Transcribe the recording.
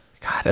God